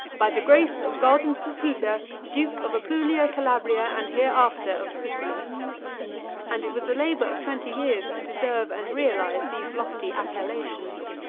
by the grace of god and st. peter, duke of apulia, calabria, and hereafter of sicily and it was the labor of twenty years to deserve and realize these lofty appellations.